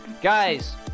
guys